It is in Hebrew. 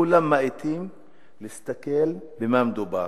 כולם מאטים להסתכל במה מדובר.